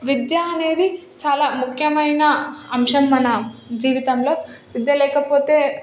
విద్య అనేది చాలా ముఖ్యమైన అంశం మన జీవితంలో విద్య లేకపోతే